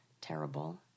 terrible